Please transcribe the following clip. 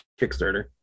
Kickstarter